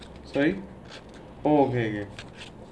sorry oh okay